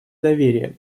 доверие